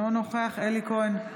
אינו נוכח אלי כהן,